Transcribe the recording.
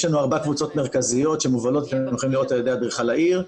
יש לנו ארבע קבוצות מרכזיות שמובלות על ידי אדריכל העיר,